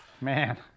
Man